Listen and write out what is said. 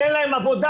שאין להם עבודה,